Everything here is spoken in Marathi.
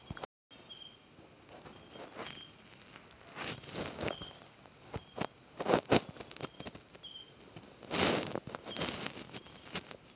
कागदाचो वापर पॅकेजिंग मटेरियल म्हणूनव केलो जाता